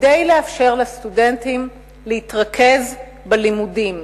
כדי לאפשר לסטודנטים להתרכז בלימודים.